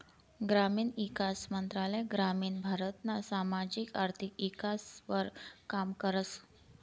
ग्रामीण ईकास मंत्रालय ग्रामीण भारतना सामाजिक आर्थिक ईकासवर काम करस